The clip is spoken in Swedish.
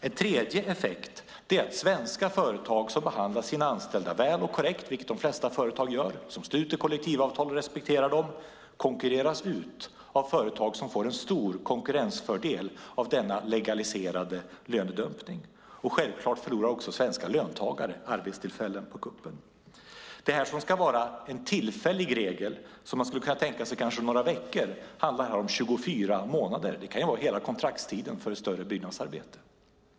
En tredje effekt är att svenska företag som behandlar sina anställda väl och korrekt, vilket de flesta företag gör, sluter kollektivavtal och respekterar dem konkurreras ut av företag som får en stor konkurrensfördel av denna legaliserade lönedumpning. Självklart förlorar också svenska löntagare arbetstillfällen på kuppen. Detta som ska vara en tillfällig regel som man skulle kunna tänka sig skulle gälla några veckor gäller här 24 månader. Det kan vara hela kontraktstiden för ett större byggnadsarbete.